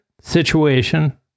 situation